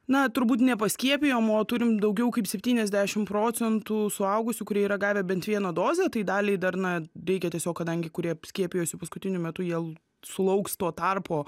na turbūt nepaskiepijom o turim daugiau kaip septyniasdešimt procentų suaugusių kurie yra gavę bent vieną dozę tai daliai dar na reikia tiesiog kadangi kurie skiepijosi paskutiniu metu jie sulauks tuo tarpu